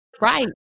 Right